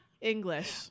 English